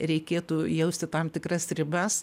reikėtų jausti tam tikras ribas